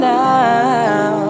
now